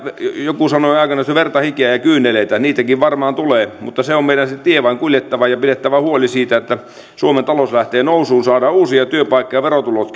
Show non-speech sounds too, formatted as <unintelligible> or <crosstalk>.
joku sanoi aikoinaan verta hikeä ja kyyneleitä niitäkin varmaan tulee mutta se tie on meidän vain kuljettava ja pidettävä huoli siitä että suomen talous lähtee nousuun saadaan uusia työpaikkoja verotulot <unintelligible>